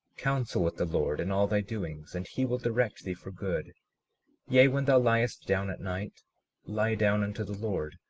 counsel with the lord in all thy doings, and he will direct thee for good yea, when thou liest down at night lie down unto the lord,